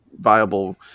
viable